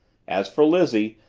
as for lizzie,